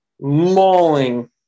mauling